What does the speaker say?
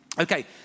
Okay